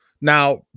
Now